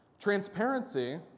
transparency